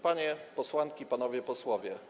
Panie Posłanki i Panowie Posłowie!